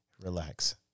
Relax